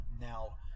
now